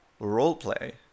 roleplay